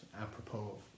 apropos